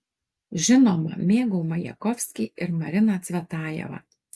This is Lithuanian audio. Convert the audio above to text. žinoma mėgau majakovskį ir mariną cvetajevą